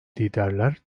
liderler